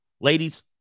Ladies